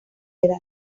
edad